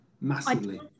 Massively